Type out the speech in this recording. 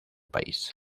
país